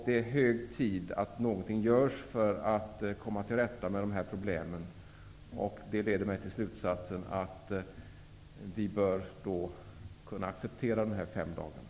Det är hög tid att någonting görs för att komma till rätta med de problemen. Det leder mig till slutsatsen att vi bör kunna acceptera fem dagars motionstid.